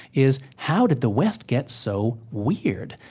is, how did the west get so weird?